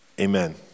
amen